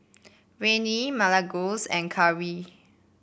Rennie Milagros and Karri